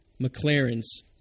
McLaren's